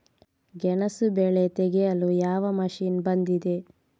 ಗೆಣಸು ಬೆಳೆ ತೆಗೆಯಲು ಯಾವ ಮಷೀನ್ ಬಂದಿದೆ?